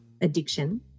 addiction